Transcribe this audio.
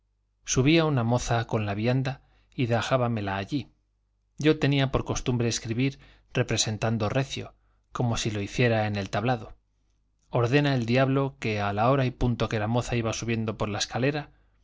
subía una moza con la vianda y dejábamela allí yo tenía por costumbre escribir representando recio como si lo hiciera en el tablado ordena el diablo que a la hora y punto que la moza iba subiendo por la escalera